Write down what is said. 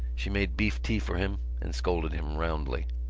she made beef-tea for him and scolded him roundly.